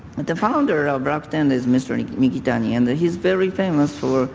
the founder of ah but and is mr. and nikitani and he's very famous